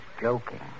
joking